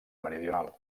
meridional